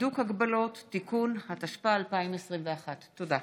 (הידוק הגבלות) (תיקון), התשפ"א 2021. תודה רבה.